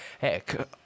heck